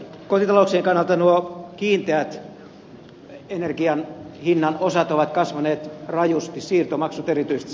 kotitalouksien kannalta nuo kiinteät energian hinnan osat ovat kasvaneet rajusti siirtomaksut erityisesti